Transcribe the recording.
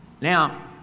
Now